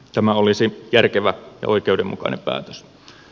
tämä olisi järkevä ja oikeudenmukainen päätös